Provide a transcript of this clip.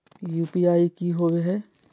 UPI की होवे हय?